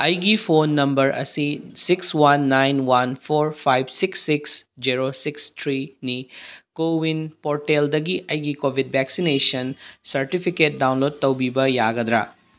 ꯑꯩꯒꯤ phone number ꯑꯁꯤ six one nine one four five six six zero six ꯊ꯭ꯔꯤꯅꯤ ꯀꯣꯋꯤꯟ ꯄꯣꯔꯇꯦꯜꯗꯒꯤ ꯑꯩꯒꯤ ꯀꯣꯕꯤꯠ ꯚꯦꯛꯁꯤꯅꯦꯁꯟ ꯁꯥꯔꯇꯤꯐꯤꯀꯦꯠ ꯗꯥꯎꯟꯂꯣꯠ ꯇꯧꯕꯤꯕ ꯌꯥꯒꯗ꯭ꯔꯥ